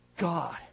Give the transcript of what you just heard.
God